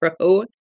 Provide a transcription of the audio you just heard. pro